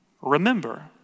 remember